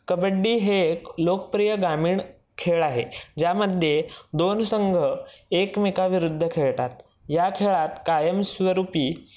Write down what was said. कबड्डी हे एक लोकप्रिय ग्रामीण खेळ आहे ज्यामध्ये दोन संघ एकमेकाविरुद्ध खेळतात या खेळात कायमस्वरूपी